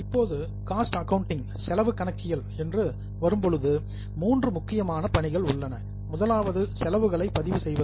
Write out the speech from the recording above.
இப்போது cost accounting செலவு கணக்கியல் என்று வரும்போது மூன்று முக்கியமான பணிகள் உள்ளன முதலாவது செலவுகளை பதிவு செய்வது